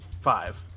Five